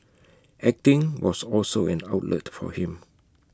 acting was also an outlet for him